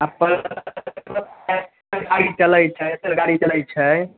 पऽ पढ़ाइ चलै छै एतेक गाड़ी चलै छै